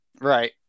right